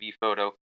Photo